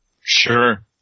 Sure